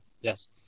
Yes